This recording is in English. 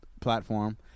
platform